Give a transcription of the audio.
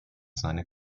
seine